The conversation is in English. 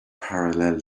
parallel